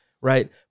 right